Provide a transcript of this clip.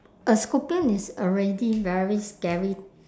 a scorpion is already very scary